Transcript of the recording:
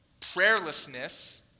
prayerlessness